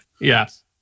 Yes